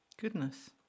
Goodness